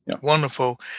Wonderful